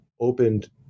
opened